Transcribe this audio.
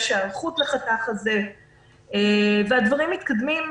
יש היערכות לחתך הזה והדברים מתקדמים.